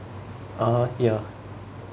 uh ya